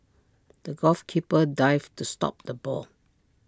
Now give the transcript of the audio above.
the goalkeeper dived to stop the ball